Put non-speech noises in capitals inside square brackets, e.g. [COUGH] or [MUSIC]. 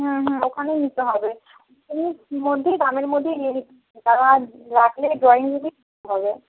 হুম হুম ওখানেই নিতে হবে [UNINTELLIGIBLE] মধ্যে দামের মধ্যেই নিয়ে নিতে [UNINTELLIGIBLE] রাখলে ড্রয়িংরুমে [UNINTELLIGIBLE]